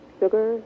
sugar